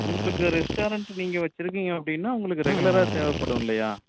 உங்களுக்கு ரெஸ்ட்டாரண்ட் நீங்கள் வச்சுருக்கீங்க அப்படின்னா உங்களுக்கு ரெகுலராக தேவைப்படும் இல்லையா